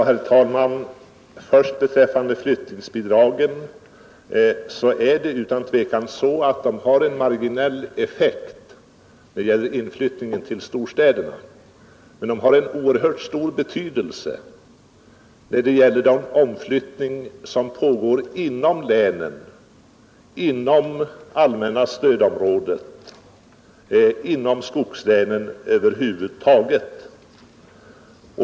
Herr talman! Beträffande flyttningsbidragen är det utan tvivel så att de har en marginell effekt när det gäller inflyttningen till storstäderna. Men de har en oerhört stor betydelse när det gäller den omflyttning som pågår inom länen — inom allmänna stödområdet och inom skogslänen över huvud taget.